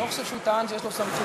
אני לא חושב שהוא טען שיש לו סמכות.